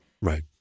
right